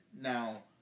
now